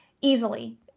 easily